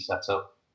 setup